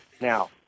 now